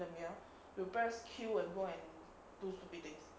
tryndamere will press Q and go and do stupid things